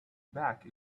back